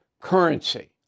currency